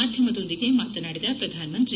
ಮಾಧ್ಯಮದೊಂದಿಗೆ ಮಾತನಾಡಿದ ಪ್ರಧಾನಮಂತ್ರಿ